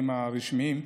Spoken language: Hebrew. הרשמיים.